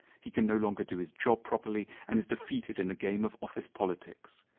he can no longer do his job properly and is defeated in the game of office politics.